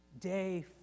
day